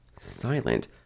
silent